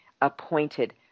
appointed